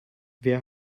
wer